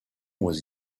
was